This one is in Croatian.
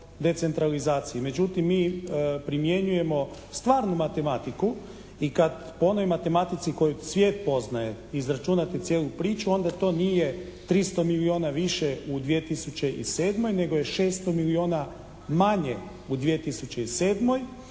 decentralizaciji. Međutim, mi primjenjujemo stvarnu matematiku i kad po onoj matematici koju svijet poznaje izračunate cijelu priču onda to nije 300 milijuna više u 2007. nego je 600 milijuna u 2007.,